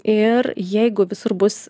ir jeigu visur bus